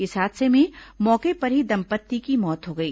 इस हादसे में मौके पर ही दंपत्ति की मौत हो गई